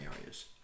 areas